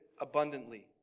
abundantly